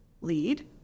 lead